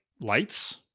lights